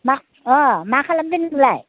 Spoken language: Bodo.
मा मा खालामदो नोंलाय